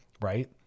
right